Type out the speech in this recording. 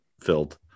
filled